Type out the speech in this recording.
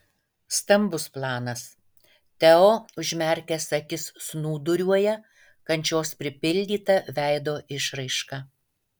stambus planas teo užmerkęs akis snūduriuoja kančios pripildyta veido išraiška